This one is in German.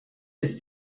ist